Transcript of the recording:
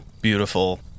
beautiful